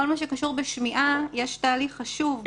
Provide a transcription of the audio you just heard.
כל מה שקשור בשמיעה יש תהליך חשוב.